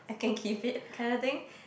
I can keep it kinda thing